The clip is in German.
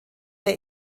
der